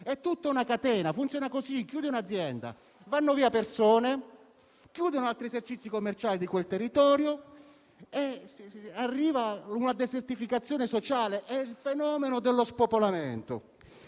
È tutta una catena. Funziona così: chiude un'azienda, vanno via persone, chiudono altri esercizi commerciali di quel territorio e arriva una desertificazione sociale. È il fenomeno dello spopolamento.